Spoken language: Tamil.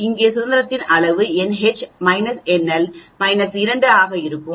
இங்கே சுதந்திரத்தின் அளவு nH nL 2 ஆக இருக்கும்